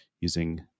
using